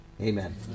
Amen